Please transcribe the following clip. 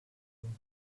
own